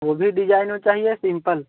वह भी डिजाइन में चाहिए सिंपल